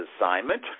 assignment